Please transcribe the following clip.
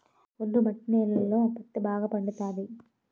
ఒండ్రు మట్టి నేలలలో పత్తే బాగా పండుతది